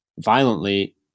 violently